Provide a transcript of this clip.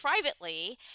privately